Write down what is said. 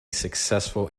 successful